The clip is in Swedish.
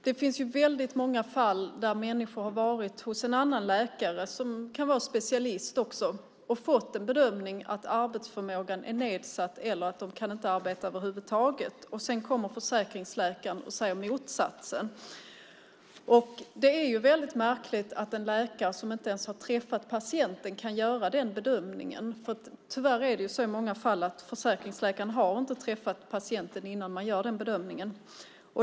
Det finns många fall där människor har varit hos en annan läkare - det kan vara en specialist - och fått bedömningen att arbetsförmågan är nedsatt eller att de inte kan jobba över huvud taget. Sedan säger försäkringsläkaren motsatsen. Det är väldigt märkligt att en läkare som inte ens har träffat patienten kan göra den bedömningen. I många fall är det tyvärr så att försäkringsläkaren inte har träffat patienten innan han gör bedömningen.